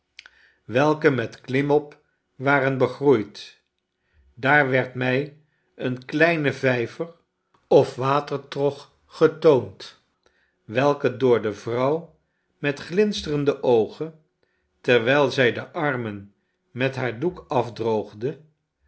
welke met klimop waren begroeid daar werd mij een kleinen vijver of watertroggetoond welke door de vrouw met glinsterende oogen terwijl zij de armen met haar doek afdroogde